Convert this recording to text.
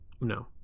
No